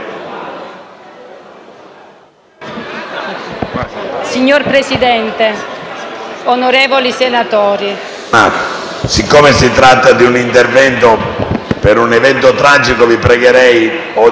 Signor Presidente, onorevoli senatori,